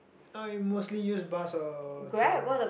I mostly use bus or train